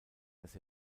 dass